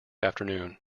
afternoon